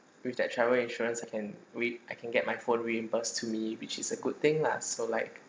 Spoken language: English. with their travel insurance I can we I can get my phone reimburse to me which is a good thing lah so like